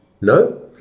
No